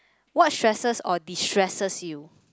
what stresses or destresses you